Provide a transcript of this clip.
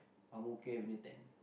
ang-mo-kio avenue ten